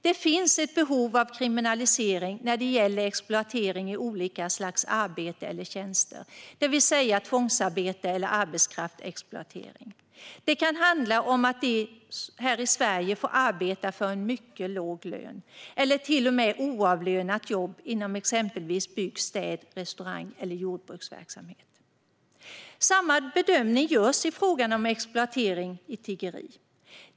Det finns ett behov av kriminalisering när det gäller exploatering i olika slags arbeten eller tjänster, det vill säga tvångsarbete eller arbetskraftsexploatering. Det kan handla om att dessa här i Sverige får arbeta för en mycket låg lön eller till och med oavlönat jobb inom exempelvis bygg, städ, restaurang eller jordbruksverksamhet. Samma bedömning görs i fråga om exploatering i tiggeri.